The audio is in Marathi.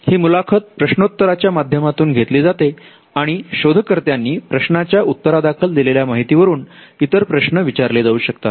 ही मुलाखत प्रश्नोत्तराच्या माध्यमातून घेतली जाते आणि शोधकर्त्या नी प्रश्नांच्या उत्तरादाखल दिलेल्या माहिती वरून इतर प्रश्न विचारले जाऊ शकतात